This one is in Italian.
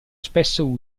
spesso